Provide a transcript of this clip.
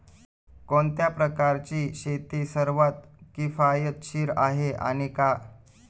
कोणत्या प्रकारची शेती सर्वात किफायतशीर आहे आणि का?